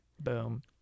Boom